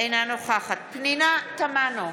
אינה נוכחת פנינה תמנו,